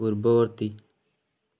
ପୂର୍ବବର୍ତ୍ତୀ